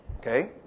Okay